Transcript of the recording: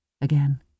again